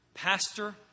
Pastor